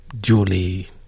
duly